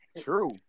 True